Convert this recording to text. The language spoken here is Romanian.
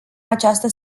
această